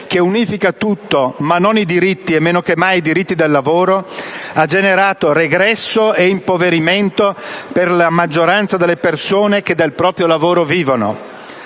che unifica tutto ma non i diritti e meno che mai i diritti del lavoro, ha generato regresso e impoverimento per la maggioranza delle persone che vivono del proprio lavoro.